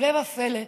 הפלא ופלא,